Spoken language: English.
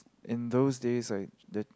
in those days I there